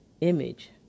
image